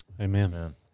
amen